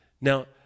Now